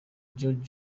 george